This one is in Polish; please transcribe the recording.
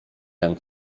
wiem